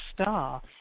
star